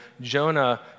Jonah